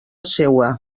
seua